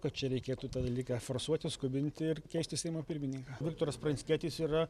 kad čia reikėtų tą dalyką forsuoti skubinti ir keisti seimo pirmininką viktoras pranckietis yra